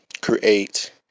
create